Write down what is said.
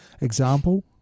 Example